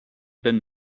been